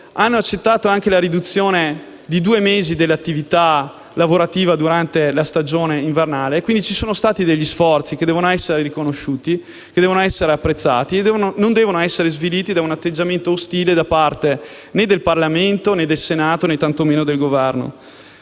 compenso e anche la riduzione di due mesi dell'attività lavorativa durante la stagione invernale. Ci sono quindi stati degli sforzi che devono essere riconosciuti e apprezzati e non devono essere sviliti da un atteggiamento ostile da parte del Parlamento, né tanto meno del Governo.